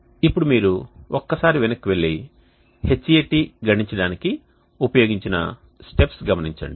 ఇప్పుడు మీరు ఒక్క సారి వెనుకకు వెళ్లి Hat గణించడానికి ఉపయోగించిన స్టెప్స్ గమనించండి